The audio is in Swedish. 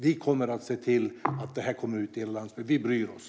Vi kommer att se till att detta kommer ut på landsbygden. Vi bryr oss.